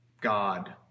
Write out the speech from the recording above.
God